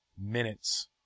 minutes